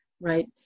right